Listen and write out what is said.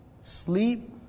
sleep